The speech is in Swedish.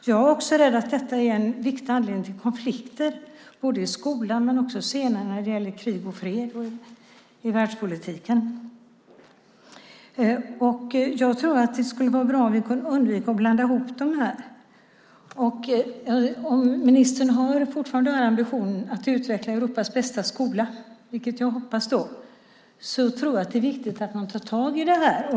Jag är också rädd för att detta är en viktig anledning till konflikter både i skolan och senare när det gäller krig och fred och i världspolitiken. Jag tror att det skulle vara bra om vi kunde undvika att blanda ihop dessa. Om ministern fortfarande har ambitionen att utveckla Europas bästa skola, vilket jag hoppas, är det viktigt att man tar tag i det här.